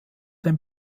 dem